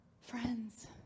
friends